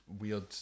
weird